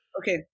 Okay